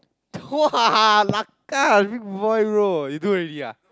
!wah! Lakar big boy bro you do already ah